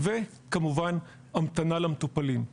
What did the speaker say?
וכמובן המתנה למטופלים.